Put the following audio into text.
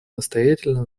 настоятельно